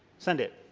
send it.